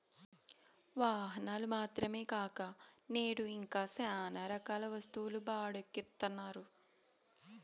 వాహనాలు మాత్రమే కాక నేడు ఇంకా శ్యానా రకాల వస్తువులు బాడుక్కి ఇత్తన్నారు